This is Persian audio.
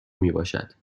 میباشد